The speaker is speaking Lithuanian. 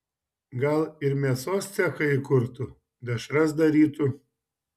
gal ir mėsos cechą įkurtų dešras darytų